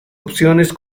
opciones